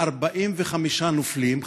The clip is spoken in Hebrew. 45 נופלים,